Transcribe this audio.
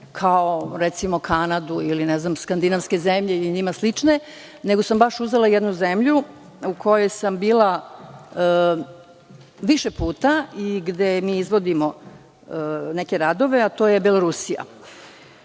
kao npr. Kanadu ili recimo skandinavske zemlje i njima slične, nego sam baš uzela jednu zemlju u kojoj sam bila više puta, gde mi izvodimo neke radove, a to je Belorusija.